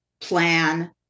plan